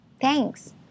Thanks